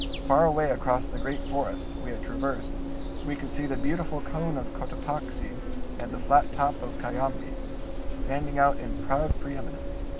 far away across the great forest we had traversed we could see the beautiful cone of cotopaxi and the flat top of cayambi standing out in proud pre-eminence.